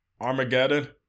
Armageddon